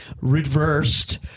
reversed